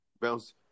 bounce